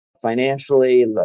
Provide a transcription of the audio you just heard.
Financially